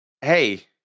Hey